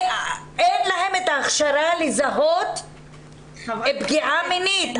אין להם את ההכשרה לזהות פגיעה מינית.